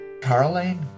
Caroline